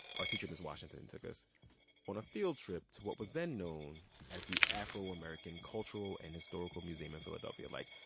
our teacher, ms. washington, took us on a field trip to what was then known as the afro-american cultural and historical museum in philadelphia. like,